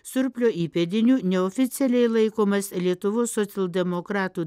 surplio įpėdiniu neoficialiai laikomas lietuvos socialdemokratų